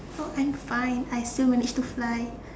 oh I'm fine I still managed to fly